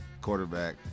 quarterback